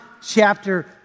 chapter